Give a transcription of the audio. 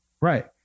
Right